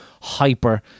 hyper